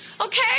Okay